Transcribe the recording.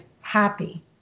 happy